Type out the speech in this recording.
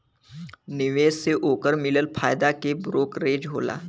निवेश से ओकर मिलल फायदा के ब्रोकरेज होला